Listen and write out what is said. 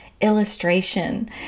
illustration